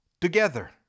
together